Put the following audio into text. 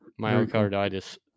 Myocarditis